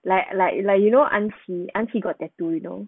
like like like you know an qi an qi got tattoo you know